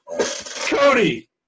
Cody